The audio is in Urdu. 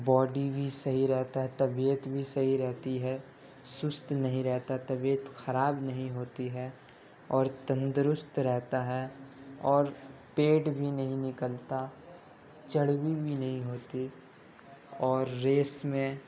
باڈی بھی صحیح رہتا ہے طبیعت بھی صحیح رہتی ہے سست نہیں رہتا ہے طبیعت خراب نہیں ہوتی ہے اور تندرست رہتا ہے اور پیٹ بھی نہیں نکلتا چربی بھی نہیں ہوتی اور ریس میں